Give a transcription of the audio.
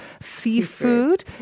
seafood